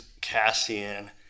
Cassian